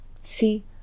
see